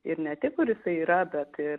ir ne tik kur jisai yra bet ir